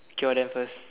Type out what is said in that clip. cure them first